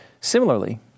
Similarly